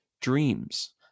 dreams